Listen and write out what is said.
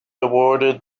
awarded